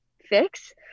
fix